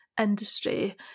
industry